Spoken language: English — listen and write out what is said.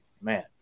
man